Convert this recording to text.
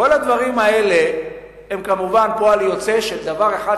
כל הדברים האלה הם כמובן פועל יוצא של דבר אחד,